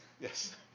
Yes